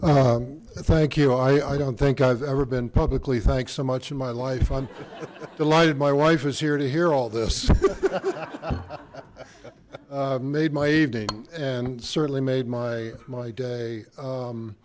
thank you i i don't think i've ever been publicly thanks so much in my life i'm delighted my wife is here to hear all this made my evening and certainly made my my day